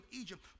Egypt